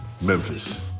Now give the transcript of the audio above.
Memphis